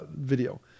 video